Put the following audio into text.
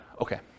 Okay